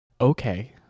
Okay